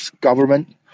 government